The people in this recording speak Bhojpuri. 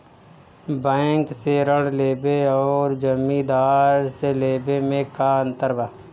बैंक से ऋण लेवे अउर जमींदार से लेवे मे का अंतर बा?